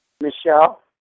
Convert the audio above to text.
Michelle